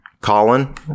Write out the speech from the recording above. Colin